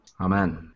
Amen